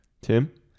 tim